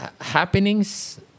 happenings